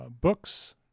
books